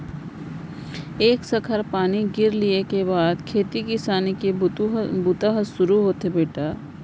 एक सखर पानी गिर लिये के बाद खेती किसानी के बूता ह सुरू होथे बेटा